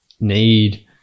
need